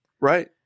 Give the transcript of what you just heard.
Right